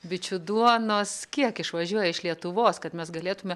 bičių duonos kiek išvažiuoja iš lietuvos kad mes galėtume